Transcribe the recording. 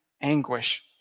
anguish